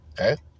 okay